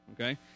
Okay